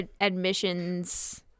admissions